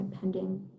pending